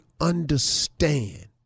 understand